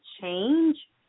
change